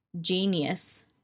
genius